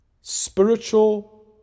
Spiritual